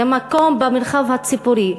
זה מקום במרחב הציבורי,